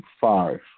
five